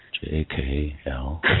J-K-L